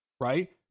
Right